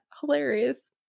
hilarious